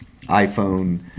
iPhone